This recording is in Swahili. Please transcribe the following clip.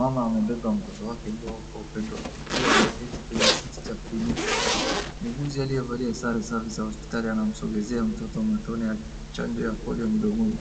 Mama amebeba mtoto wake mdogo kwa upendo akiwa ameketi penye kiti cha kliniki. Muuguzi aliyevalia sare ya safari ya hospitali anamsogezea mtoto matone ya chanjo ya polio mdomoni.